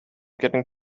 getting